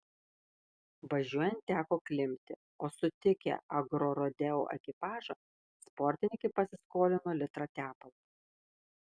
važiuojant teko klimpti o sutikę agrorodeo ekipažą sportininkai pasiskolino litrą tepalo